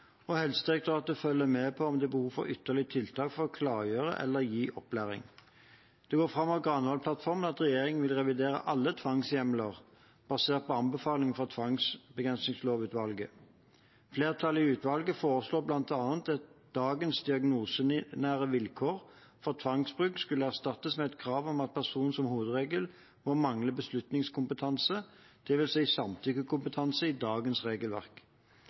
og Helsedirektoratet følger med på om det er behov for ytterligere tiltak for å klargjøre eller gi opplæring. Det går fram av Granavolden-plattformen at regjeringen vil revidere alle tvangshjemler, basert på anbefalingene fra tvangsbegrensningslovutvalget. Flertallet i utvalget foreslår bl.a. at dagens diagnosenære vilkår for tvangsbruk skal erstattes med et krav om at personen som hovedregel må mangle beslutningskompetanse, dvs. samtykkekompetanse i dagens regelverk.